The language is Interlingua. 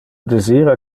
desira